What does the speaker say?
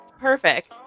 perfect